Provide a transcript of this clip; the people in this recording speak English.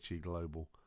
Global